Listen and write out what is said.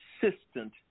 consistent